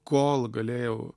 kol galėjau